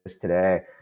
today